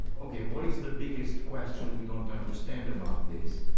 ok, what is the biggest question we don't understand about this.